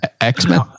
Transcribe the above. x-men